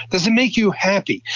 does it make you happy?